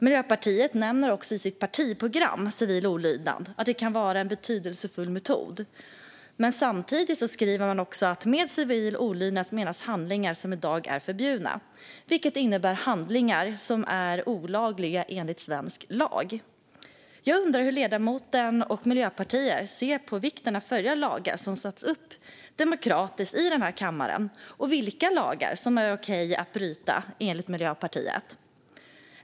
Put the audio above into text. Miljöpartiet nämner också i sitt partiprogram att civil olydnad kan vara en betydelsefull metod. Samtidigt skriver man att med civil olydnad menas handlingar som i dag är förbjudna, vilket innebär handlingar som är olagliga enligt svensk lag. Jag undrar hur ledamoten och Miljöpartiet ser på vikten av att följa lagar som stiftats demokratiskt i denna kammare, och vilka lagar som det är okej att bryta mot enligt Miljöpartiet.